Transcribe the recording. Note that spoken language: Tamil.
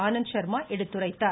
ஆனந்த் ஷர்மா எடுத்துரைத்தார்